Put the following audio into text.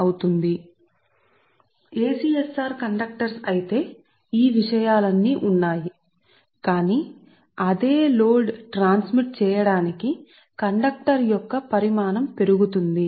ఇప్పుడు కండక్టర్లు ఉంటే ACSR కండక్టర్లు ఈ విషయాలన్నీ ఉన్నాయి కానీ అదే లోడ్ ప్రసారం చేయడానికి కండక్టర్ యొక్క పరిమాణం పెరుగుతుంది